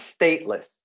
stateless